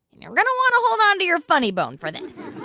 you're going to want to hold on to your funny bone for this.